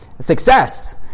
Success